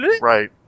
Right